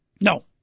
No